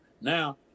now